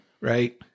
right